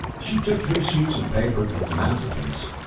she took three sheets of paper from the mantelpiece.